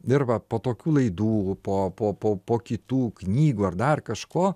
ir va po tokių laidų po po po kitų knygų ar dar kažko